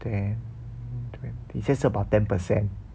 ten twenty 很像是 about ten percent